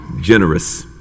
generous